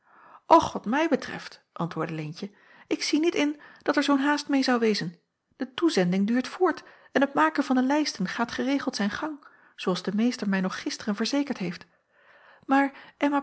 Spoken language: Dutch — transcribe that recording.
och wat mij betreft antwoordde leentje ik zie niet in dat er zoo'n haast meê zou wezen de toezending duurt voort en het maken van de lijsten gaat geregeld zijn gang zoo als de meester mij nog gisteren verzekerd heeft maar emma